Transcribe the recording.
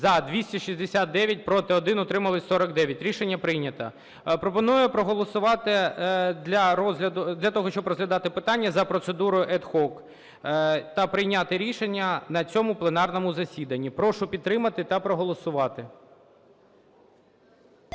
За-269 Проти – 1, утримались – 49. Рішення прийнято. Пропоную проголосувати для того, щоб розглядати питання за процедурою ad hoc та прийняти рішення на цьому пленарному засіданні. Прошу підтримати та проголосувати.